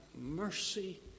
Mercy